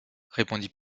répondit